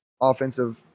offensive